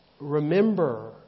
Remember